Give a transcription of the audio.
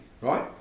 right